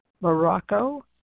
Morocco